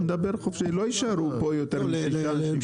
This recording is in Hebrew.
ילכו לבג"ץ?